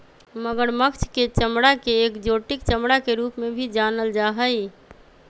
मगरमच्छ के चमडड़ा के एक्जोटिक चमड़ा के रूप में भी जानल जा हई